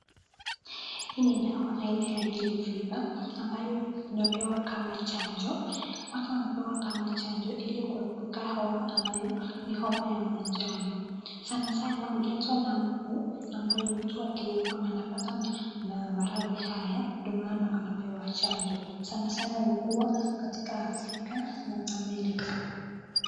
Hii ni dawa aina ya yellow fever ambayo inapewa kama chanjo. Watu wanapewa kama chanjo ili kuepuka homa ambayo ni homa ya manjano. Sana sana huletwa na mbu ambayo mtu akiugua anapatwa na maradhi haya ndio maana wanapewa chanjo. Sana sana hukua katika Afrika na Amerika.